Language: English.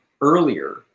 earlier